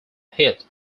hit